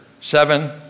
seven